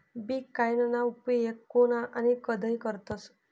बीटकॉईनना उपेग कोन आणि कधय करतस